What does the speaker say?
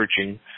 searching